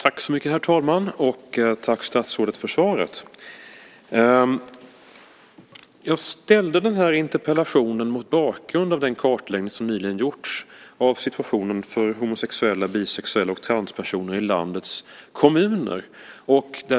Herr talman! Tack för svaret, statsrådet! Jag ställde den här interpellationen mot bakgrund av den kartläggning som nyligen gjorts av situationen för homosexuella, bisexuella och transpersoner i landets kommuner.